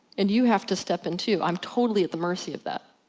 and you have to step in too. i'm totally at the mercy of that.